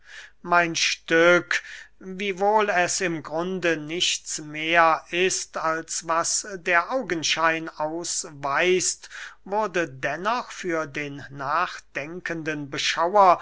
mein stück wiewohl es im grunde nichts mehr ist als was der augenschein ausweist wurde dennoch für den nachdenkenden beschauer